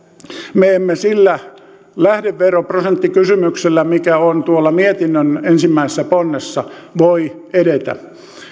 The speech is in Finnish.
me emme sillä lähdeveroprosenttikysymyksellä mikä on mietinnön ensimmäisessä ponnessa voi edetä